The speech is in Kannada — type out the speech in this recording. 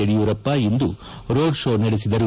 ಯಡಿಯೂರಪ್ಪ ಇಂದು ರೋಡ್ ಶೋ ನಡೆಸಿದರು